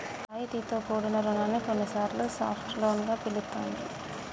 రాయితీతో కూడిన రుణాన్ని కొన్నిసార్లు సాఫ్ట్ లోన్ గా పిలుత్తాండ్రు